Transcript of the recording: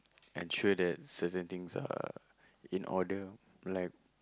I'm sure that certain things are in order like